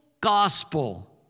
gospel